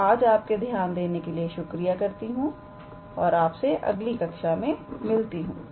तो आज आपका ध्यान देने के लिए शुक्रिया करता हूं और आपसे अगली कक्षा में मिलती हूं